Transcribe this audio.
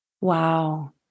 Wow